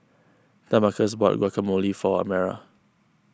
Damarcus bought Guacamole for Amara